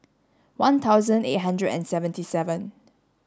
one thousand eight hundred and seventy seven